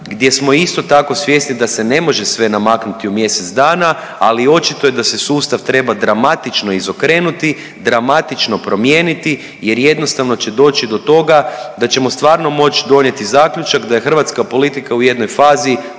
gdje smo isto tako svjesni da se ne može sve namaknuti u mjesec dana, ali očito je da se sustav treba dramatično izokrenuti, dramatično promijeniti jer jednostavno će doći do toga da ćemo stvarno moći donijeti zaključak da je hrvatska politika u jednoj fazi